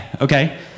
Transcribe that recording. okay